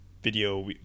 video